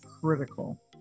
critical